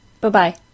Bye-bye